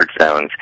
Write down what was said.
zones